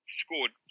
scored